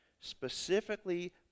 specifically